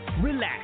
relax